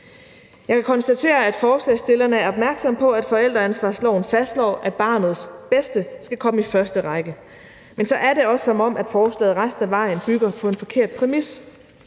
Jeg kan konstatere, at forslagsstillerne er opmærksomme på, at forældreansvarsloven fastslår, at barnets bedste skal komme i første række, men så er det også, som om forslaget resten ad vejen bygger på en forkert præmis.